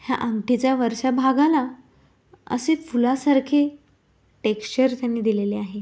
ह्या अंगठीच्या वरच्या भागाला असे फुलासारखे टेक्स्चर त्यांनी दिलेले आहे